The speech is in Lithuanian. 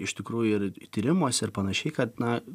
iš tikrųjų ir tyrimuose ir panašiai kad na